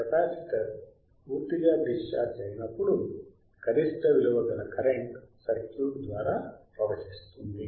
capacitor పూర్తిగా discharge అయినప్పుడు గరిష్ట విలువ గల కరెంటు సర్క్యూట్ ద్వారా ప్రవహిస్తుంది